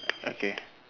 okay